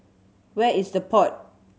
where is The Pod